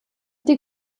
die